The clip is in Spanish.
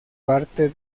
parte